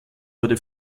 wurde